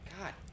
God